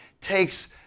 takes